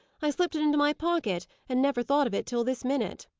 i slipped it into my pocket, and never thought of it till this minute.